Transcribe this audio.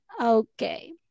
Okay